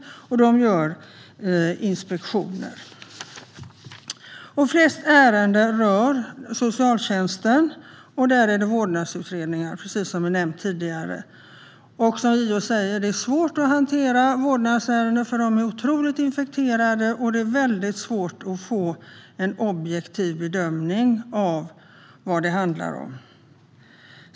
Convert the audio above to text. Dessutom gör JO inspektioner. Flest ärenden rör socialtjänsten och framför allt gäller det vårdnadsutredningar, vilket tidigare nämnts. JO säger att vårdnadsärenden är svåra att hantera, eftersom de är otroligt infekterade och det är svårt att få en objektiv bedömning av vad det handlar om.